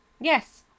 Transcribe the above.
Yes